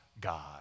God